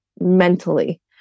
mentally